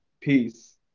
Peace